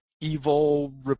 evil